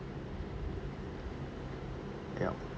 yup